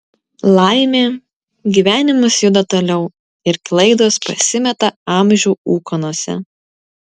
laimė gyvenimas juda toliau ir klaidos pasimeta amžių ūkanose